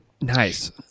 Nice